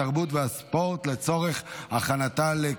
התרבות והספורט נתקבלה.